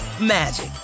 magic